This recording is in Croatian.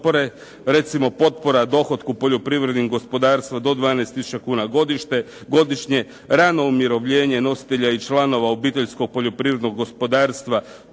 recimo potpora dohotku poljoprivrednim gospodarstvom do 12 tisuća kuna godišnje, rano umirovljenje nositelja i članova obiteljskog poljoprivrednog gospodarstva